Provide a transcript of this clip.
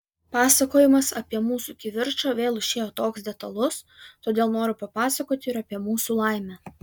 pasakojimas apie mūsų kivirčą vėl išėjo toks detalus todėl noriu papasakoti ir apie mūsų laimę